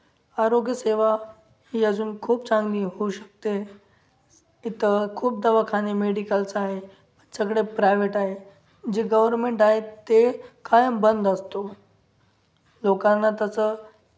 आरोग्यसेवा ही अजून खूप चांगली होऊ शकते इथं खूप दवाखाने मेडिकलच आहे सगळे प्रायव्हेट आहे जे गवर्मेंट आहे ते कायम बंद असतो लोकांना तसं